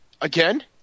Again